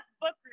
book